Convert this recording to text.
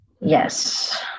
Yes